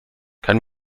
kann